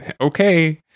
okay